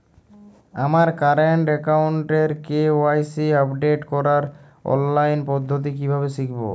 আমার কারেন্ট অ্যাকাউন্টের KYC update করার অনলাইন পদ্ধতি কীভাবে শিখব?